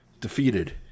defeated